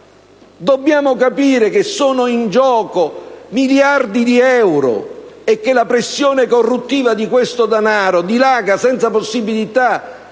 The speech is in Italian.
Dobbiamo capire che sono in gioco miliardi di euro e che la pressione corruttiva di questo danaro dilaga senza possibilità